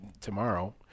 tomorrow